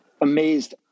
amazed